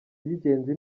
by’ingenzi